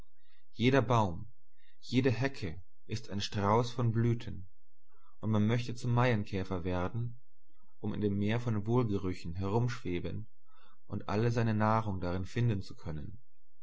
jeder baum jede hecke ist ein strauß von blüten und man möchte zum maienkäfer werden um in dem meer von wohlgerüchen herumschweben und alle seine nahrung darin finden zu können